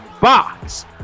Box